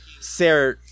Sarah